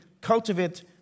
cultivate